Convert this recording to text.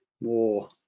more